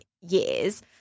years